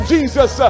Jesus